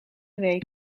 week